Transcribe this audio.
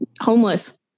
homeless